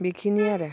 बेखिनि आरो